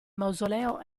mausoleo